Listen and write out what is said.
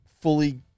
fully